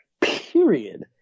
Period